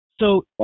So-